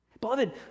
Beloved